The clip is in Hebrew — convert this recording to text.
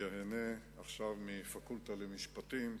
ייהנה עכשיו מפקולטה למשפטים,